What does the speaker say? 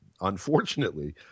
unfortunately